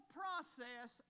process